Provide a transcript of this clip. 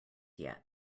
yet